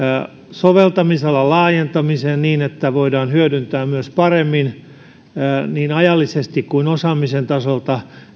soveltamisalan laajentamiseen niin että voidaan myös hyödyntää siviilipalveluksen valitsevien henkilöiden kykyjä paremmin niin ajallisesti kuin osaamisen tasolta